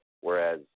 whereas